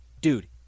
Dude